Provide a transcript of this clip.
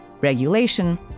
regulation